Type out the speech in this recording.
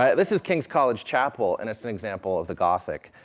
um this is king's college chapel, and it's an example of the gothic,